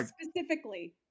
specifically